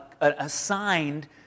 assigned